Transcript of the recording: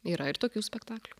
yra ir tokių spektaklių